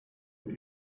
what